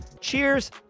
Cheers